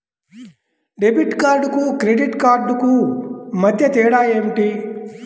Debit కార్డుకు credit credit కార్డుకు మధ్య తేడా ఏమిటీ?